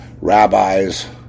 rabbis